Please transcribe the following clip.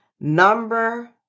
Number